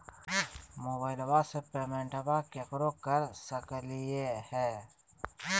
मोबाइलबा से पेमेंटबा केकरो कर सकलिए है?